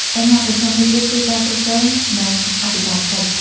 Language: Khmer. បញ្ហាប្រឈមមួយទៀតគឺ ការគ្រប់គ្រង និងអភិបាលកិច្ច។